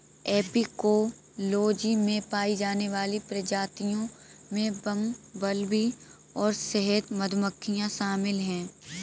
apicology में पाई जाने वाली प्रजातियों में बंबलबी और शहद मधुमक्खियां शामिल हैं